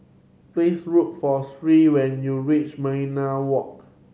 please look for Shirl when you reach Millenia Walk